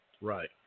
Right